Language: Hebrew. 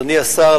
אדוני השר,